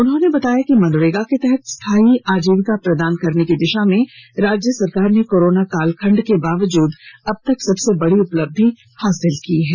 उन्होंने बताया कि मनरेगा के तहत स्थाई आजीविका प्रदान करने की दिशा में राज्य सरकार ने कोरोना काल खंड के बावजूद अब तक सबसे बड़ी उपलब्धि हासिल की है